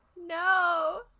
No